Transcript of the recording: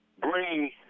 bring